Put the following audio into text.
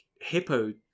hippo